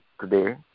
today